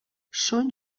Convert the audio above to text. són